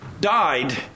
died